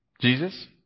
Jesus